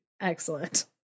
Excellent